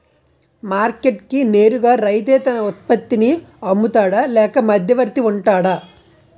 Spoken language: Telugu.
మార్కెట్ కి నేరుగా రైతే తన ఉత్పత్తి నీ అమ్ముతాడ లేక మధ్యవర్తి వుంటాడా?